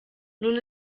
nun